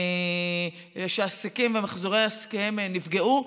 שעסקיהם ומחזורי עסקיהם נפגעו.